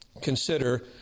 consider